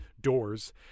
doors